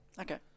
Okay